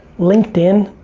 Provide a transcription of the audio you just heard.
linkedin,